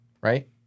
right